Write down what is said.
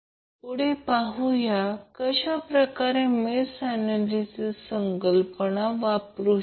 पुढे आपण पाहूया कशाप्रकारे मेष ऍनॅलिसिस संकल्पना वापरू शकतो